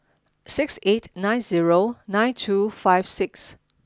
six eight nine zero nine two five six